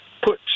put